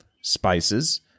spices